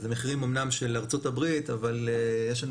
זה מחירים אמנם של ארצות הברית אבל יש לנו